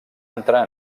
entrar